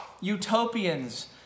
utopians